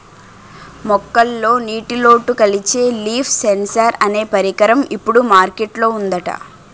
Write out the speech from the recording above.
మొక్కల్లో నీటిలోటు కొలిచే లీఫ్ సెన్సార్ అనే పరికరం ఇప్పుడు మార్కెట్ లో ఉందట